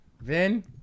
Vin